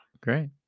Great